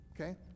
okay